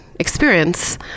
experience